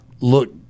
look